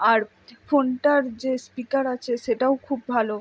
আর ফোনটার যে স্পিকার আছে সেটাও খুব ভালো